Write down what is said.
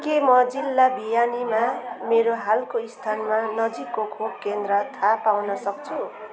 के म जिल्ला भियानीमा मेरो हालको स्थानमा नजिकको खोपकेन्द्र थाहा पाउन सक्छु